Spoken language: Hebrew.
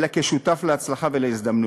אלא כשותף להצלחה ולהזדמנות.